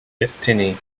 destiny